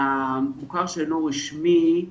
המוכר שאינו רשמי,